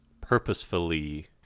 purposefully